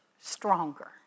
stronger